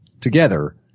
together